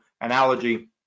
analogy